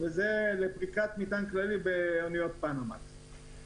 שירות של פריקת מטען כללי באוניות פנמקס.